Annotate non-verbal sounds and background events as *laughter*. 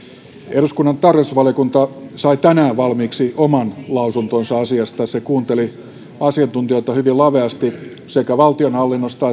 eduskunnan tarkastusvaliokunta sai tänään valmiiksi oman lausuntonsa asiasta se kuunteli asiantuntijoita hyvin laveasti sekä valtionhallinnosta *unintelligible*